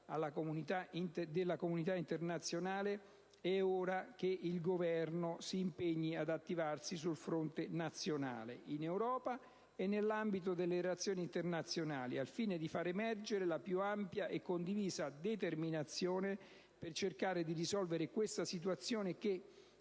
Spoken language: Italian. della comunità internazionale, è ora che il Governo si impegni ad attivarsi sul fronte nazionale, in Europa e nell'ambito delle relazioni internazionali, al fine di far emergere la più ampia e condivisa determinazione per cercare di risolvere questa situazione, che,